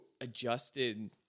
adjusted